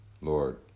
Lord